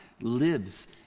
lives